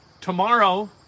tomorrow